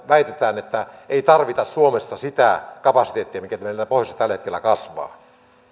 väitetään että ei tarvita suomessa sitä kapasiteettia mikä meillä pohjoisessa tällä hetkellä kasvaa